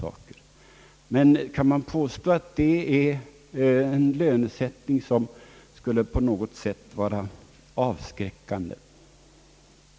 i denna lön — har en lön som på något sätt skulle vara avskräckande?